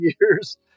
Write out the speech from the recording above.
years